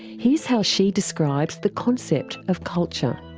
here's how she describes the concept of culture.